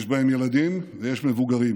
יש בהם ילדים ויש מבוגרים,